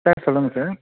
sir சொல்லுங்கள் sir